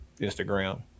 Instagram